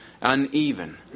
uneven